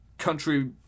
country